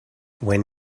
when